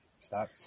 Stop